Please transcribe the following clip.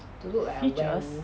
features